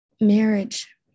Marriage